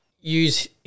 use